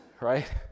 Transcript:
right